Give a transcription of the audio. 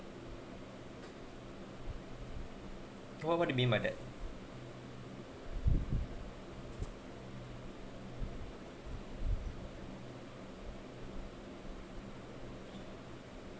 what what you mean by that